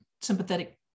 sympathetic